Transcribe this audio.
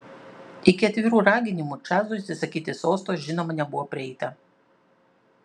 iki atvirų raginimų čarlzui atsisakyti sosto žinoma nebuvo prieita